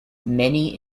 many